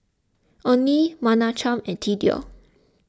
Onie Menachem and thedore